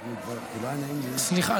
סליחה,